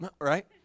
Right